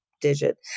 digit